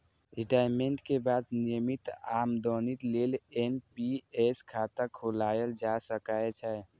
retirement के बाद नियमित आमदनी लेल एन.पी.एस खाता खोलाएल जा सकै छै